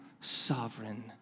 sovereign